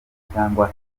cyangwa